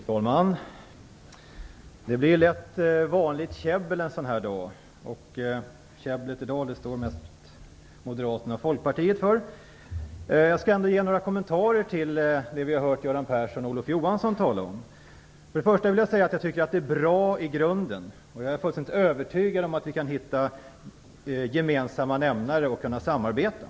Fru talman! Det blir lätt vanligt käbbel en sådan här dag. Käbblet i dag står mest Moderaterna och Folkpartiet för. Jag skall ändå ge några kommentarer till det vi har hört Göran Persson och Olof Johansson tala om. För det första vill jag säga att jag tycker att det är bra i grunden. Jag är fullständigt övertygad om att vi kan hitta gemensamma nämnare för att samarbeta.